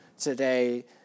today